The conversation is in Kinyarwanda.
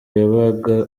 yabaga